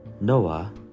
Noah